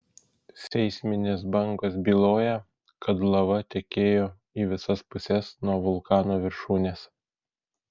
seisminės bangos byloja kad lava tekėjo į visas puses nuo vulkano viršūnės